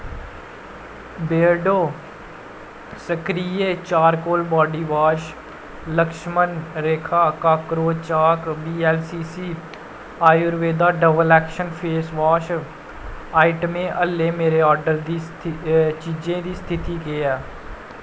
Beardo सक्रिय charcoal body wash Lakshman Rekha cockroach chalk V L C C Ayurveda double action face wash आइटमें आह्ले मेरे order दी चीजें दी स्थिति केह् ऐ